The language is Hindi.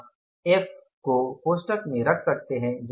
आप एफ को कोष्ठक में रख सकते हैं